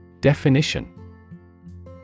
Definition